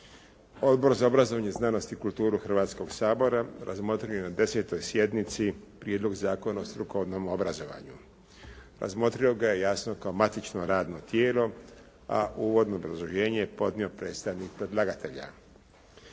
Odbor za obrazovanje, znanost i kulturu Hrvatskog sabora razmotrio je na 10. sjednici prijedlog Zakona o strukovnom obrazovanju. Razmotrio ga je jasno kao matično radno tijelo, a uvodno obrazloženje je podnio predstavnik predlagatelja.